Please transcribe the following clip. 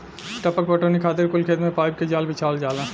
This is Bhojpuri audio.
टपक पटौनी खातिर कुल खेत मे पाइप के जाल बिछावल जाला